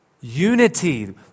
Unity